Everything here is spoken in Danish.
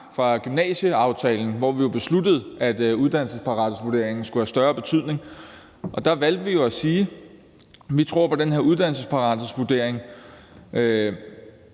fra gymnasieaftalen, hvor vi jo besluttede, at uddannelsesparathedsvurderingen skulle have større betydning. Der valgte vi jo at sige, at vi tror på den her uddannelsesparathedsvurdering